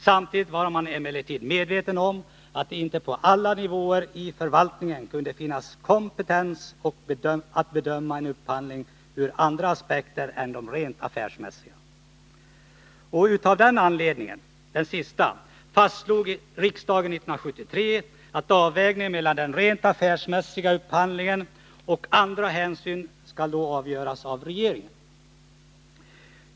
Samtidigt var man emellertid medveten om att det inte på alla nivåer i förvaltningen kunde finnas kompetens att bedöma en upphandling ur andra aspekter än de rent affärsmässiga. Av denna sistnämnda anledning fastslog riksdagen 1973 att avvägningen mellan den rent affärsmässiga upphandlingen och andra hänsyn skall göras av regeringen.